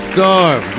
Storm